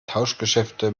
tauschgeschäfte